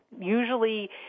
usually